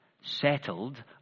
settled